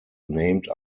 named